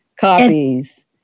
copies